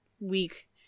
week